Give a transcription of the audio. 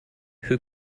who